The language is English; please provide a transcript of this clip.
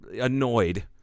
annoyed